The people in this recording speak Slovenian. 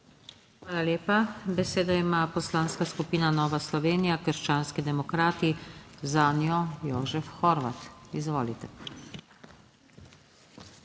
Hvala** lepa. Besedo ima Poslanska skupina Nova Slovenija - krščanski demokrati, zanjo Jožef Horvat. Izvolite.